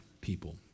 people